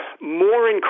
more